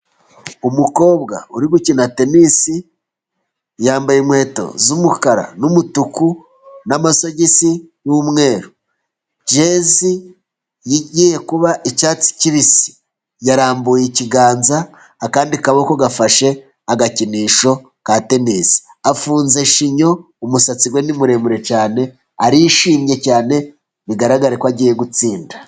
Umukobwa uri gukina tenisi yambaye inkweto z'umukara n'umutuku n'amasogisi y'umweru, jezi igiye kuba icyatsi kibisi yarambuye ikiganza akandi kaboko gafashe agakinisho ka tenisi. Afunze shinyo umusatsi we ni muremure cyane arishimye cyane bigaragara ko agiye gutsinda.